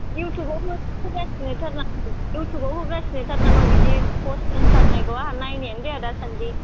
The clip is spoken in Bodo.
इउटुबावबो होगासिनो थार नामालै इउटुबाव होगासिनो थार नामा बिदि पस्ट ओंखारनायखौ आंहा नायनायानो जाया दासान्दि